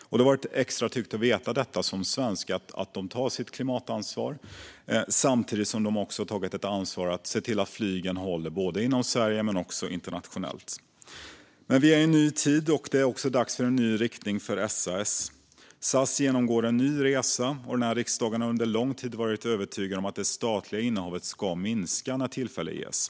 Och det har varit extra tryggt som svensk att veta att de tar sitt klimatansvar, samtidigt som de tagit ansvar för att se till att flygen går både inom Sverige och internationellt. Men nu är vi inne i en ny tid, och det är dags för en ny riktning för SAS. SAS genomgår en ny resa, och den här riksdagen har under lång tid varit övertygad om att det statliga innehavet bör minska när tillfälle ges.